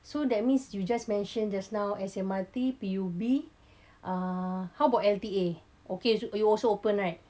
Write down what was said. so that means you just mentioned just now S_M_R_T P_U_B uh how about L_T_A okay it also open right